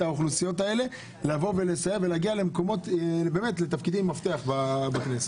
האוכלוסיות האלה לסייע ולהגיע לתפקידי מפתח בכנסת.